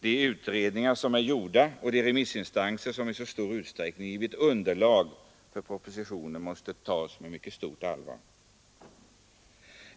De utredningar som gjorts och de remissyttranden som i så stor utsträckning utgjort underlag för propositionen måste tas på allvar.